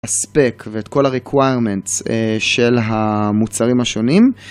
אספק ואת כל ה-requirements של המוצרים השונים.